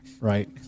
Right